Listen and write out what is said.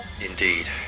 Indeed